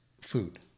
food